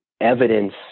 evidence